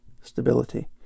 stability